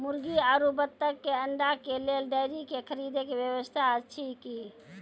मुर्गी आरु बत्तक के अंडा के लेल डेयरी के खरीदे के व्यवस्था अछि कि?